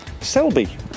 Selby